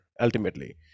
ultimately